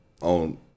On